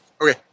Okay